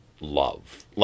love